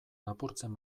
lapurtzen